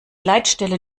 leitstelle